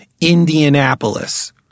indianapolis